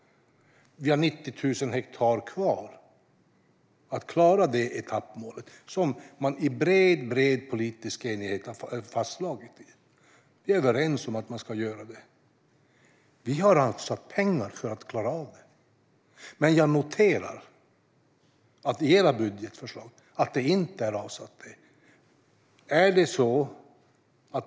Vi har 90 000 hektar kvar för att klara det etappmålet - som man i bred politisk enighet har fastslagit. Vi är överens om att man ska göra det. Den här regeringen har avsatt pengar för att klara av det, men jag noterar att det inte finns pengar avsatta i era budgetförslag, Johan Hultberg och Magnus Oscarsson.